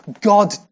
God